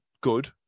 Good